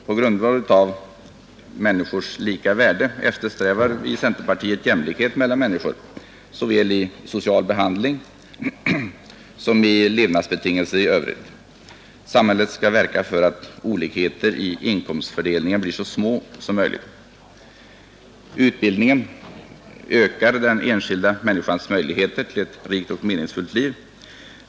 På grundval av alla människors lika värde eftersträvar centern jämlikhet mellan människor såväl i social behandling som i levnadsbetingelser i övrigt. Samhället skall verka för att olikheterna i inkomstfördelningen blir så små som möjligt. Utbildning ökar också den enskilda människans möjligheter till ett rikt och meningsfullt liv.